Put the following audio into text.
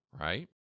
right